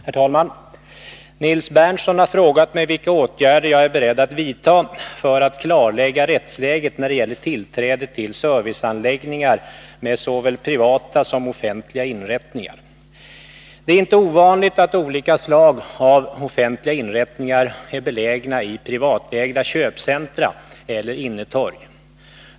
Herr talman! Nils Berndtson har frågat mig vilka åtgärder jag är beredd att vidta i syfte att klarlägga rättsläget när det gäller tillträde till serviceanläggningar med såväl privata som offentliga inrättningar. Det är inte ovanligt att olika slag av offentliga inrättningar är belägna i privatägda köpcentra eller innetorg.